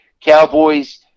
Cowboys